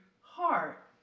Heart